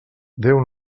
déu